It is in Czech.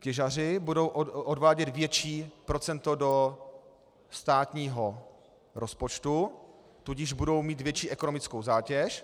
Těžaři budou odvádět větší procento do státního rozpočtu, tudíž budou mít větší ekonomickou zátěž.